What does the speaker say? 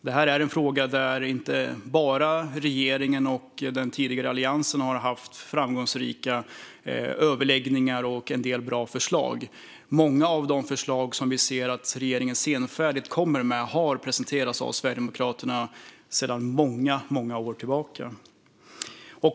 Detta är en fråga där inte bara regeringen och den tidigare Alliansen har haft framgångsrika överläggningar och bra förslag; många av de förslag som regeringen nu senfärdigt kommer med har presenterats av Sverigedemokraterna redan för många år sedan.